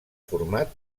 format